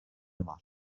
var